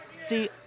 See